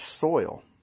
soil